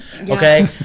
okay